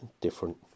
different